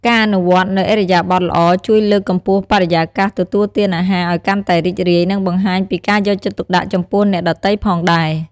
ការអនុវត្តនូវឥរិយាបថល្អជួយលើកកម្ពស់បរិយាកាសទទួលទានអាហារឱ្យកាន់តែរីករាយ និងបង្ហាញពីការយកចិត្តទុកដាក់ចំពោះអ្នកដទៃផងដែរ។